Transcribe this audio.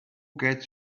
gets